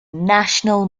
national